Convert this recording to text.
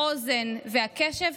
האוזן והקשב,